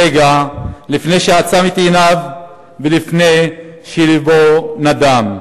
רגע לפני שעצם את עיניו ולפני שלבו נדם,